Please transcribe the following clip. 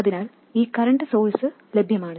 അതിനാൽ ഈ current source ലഭ്യമാണ്